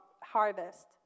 harvest